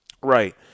Right